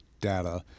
data